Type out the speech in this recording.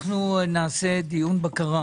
אנחנו נעשה דיון בקרה